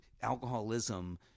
alcoholism